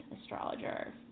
astrologer